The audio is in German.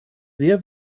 sehr